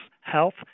health